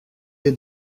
est